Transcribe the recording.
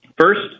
First